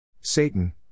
Satan